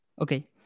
Okay